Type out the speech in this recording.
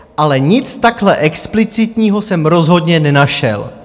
ale nic takhle explicitního jsem rozhodně nenašel.